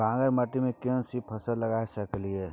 बांगर माटी में केना सी फल लगा सकलिए?